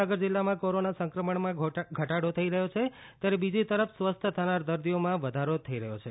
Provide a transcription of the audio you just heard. મહીસાગર જિલ્લામાં કોરાના સંક્રમણમાં ઘટાડો થઈ રહ્યો છે તો બીજી તરફ સ્વસ્થ થનાર દર્દીઓમાં વધારો થઈ રહ્યો છે